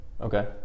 okay